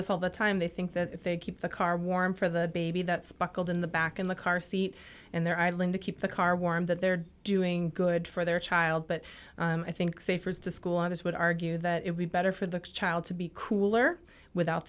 this all the time they think that if they keep the car warm for the baby that's buckled in the back in the car seat and they're idling to keep the car warm that they're doing good for their child but i think safer to school i would argue that it would better for the child to be cooler without